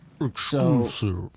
Exclusive